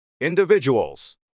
individuals